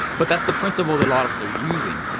but that's the principle that a lot of us are using.